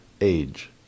age